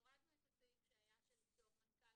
הורדנו את הסעיף שהיה של פטור מנכ"ל